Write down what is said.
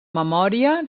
memòria